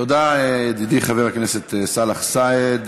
תודה, ידידי חבר הכנסת סאלח סעד.